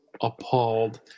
appalled